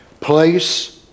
place